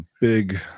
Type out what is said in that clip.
big